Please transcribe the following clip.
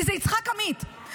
כי זה יצחק עמית.